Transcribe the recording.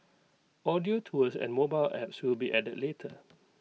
audio tours and mobile apps will be added later